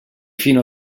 fino